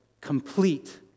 complete